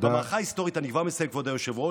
במערכה ההיסטורית" אני כבר מסיים, כבוד היושב-ראש,